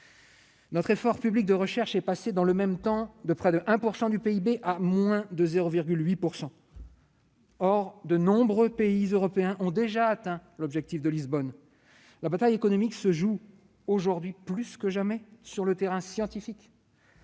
Notre effort public de recherche est passé, dans le même temps, de près de 1 % du PIB à moins de 0,8 %. Or de nombreux pays européens ont déjà atteint l'objectif de Lisbonne. La bataille économique se joue, aujourd'hui plus que jamais, sur le terrain scientifique